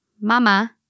mama